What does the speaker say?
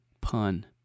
pun